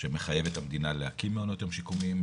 שמחייב את המדינה להקים מעונות יום שיקומיים,